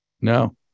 No